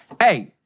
Hey